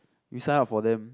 you signed up for them